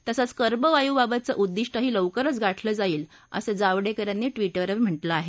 तसंच कर्ववायू बाबतचं उद्दिष्टही लवकरच गाठलं जाईल असं जावडेकर यांनी ट्विटरवर म्हटलं आहे